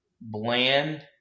bland